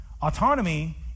Autonomy